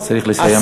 צריך לסיים.